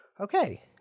Okay